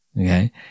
okay